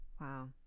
Wow